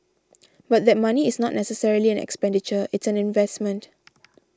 but that money is not necessarily an expenditure it's an investment